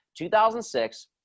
2006